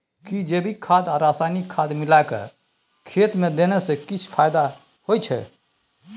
कि जैविक खाद आ रसायनिक खाद मिलाके खेत मे देने से किछ फायदा होय छै?